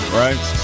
right